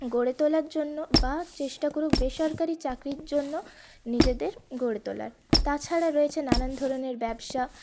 গড়ে তোলার জন্য বা চেষ্টা করুক বেসরকারি চাকরির জন্য নিজেদের গড়ে তোলার তাছাড়া রয়েছে নানান ধরণের ব্যবসা